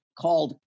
called